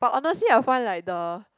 but honestly I find like the